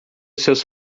seus